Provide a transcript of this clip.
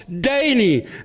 daily